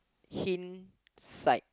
hind sight